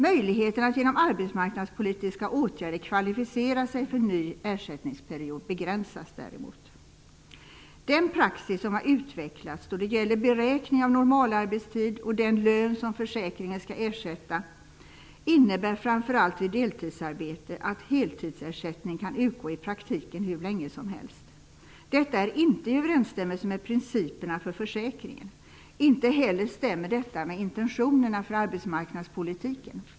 Möjligheterna att genom arbetsmarknadspolitiska åtgärder kvalificera sig för en ny ersättningsperiod begränsas däremot. Den praxis som har utvecklats då det gäller beräkningen av normalarbetstiden och den lön som försäkringen skall ersätta innebär -- framför allt vid deltidsarbete -- att heltidsersättning i praktiken kan utgå hur länge som helst. Detta är inte i överensstämmelse med principerna för försäkringen. Detta stämmer inte heller med intentionerna för arbetsmarknadspolitiken.